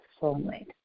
soulmate